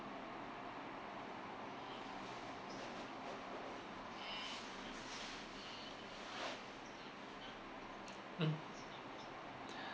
mm